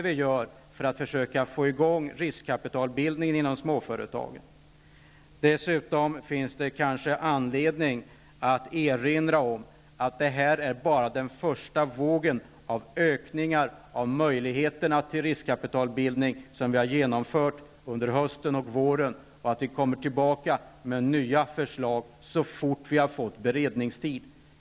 Vi försöker nu få i gång riskkapitalbildningen inom småföretagen. Dessutom finns det kanske anledning att erinra om att det vi har gjort under hösten och våren är bara den första vågen av ökade möjligheter till riskkapitalbildning. Vi kommer tillbaka med nya förslag så fort vi har fått beredningstid.